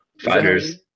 Fighters